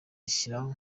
ishyira